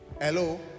Hello